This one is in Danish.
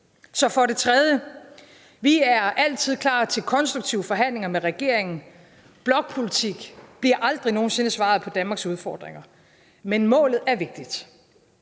Så for det tredje: Vi er altid klar til konstruktive forhandlinger med regeringen. Blokpolitik bliver aldrig nogen sinde svaret på Danmarks udfordringer. Men målet er vigtigt.